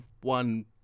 one